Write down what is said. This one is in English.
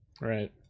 Right